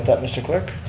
but mr. clerk?